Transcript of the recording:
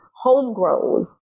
homegrown